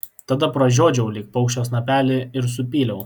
tada pražiodžiau lyg paukščio snapelį ir supyliau